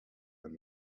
and